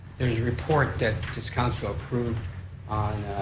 there's a report that this council approved on